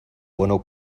bueno